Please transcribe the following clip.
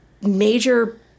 major